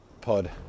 pod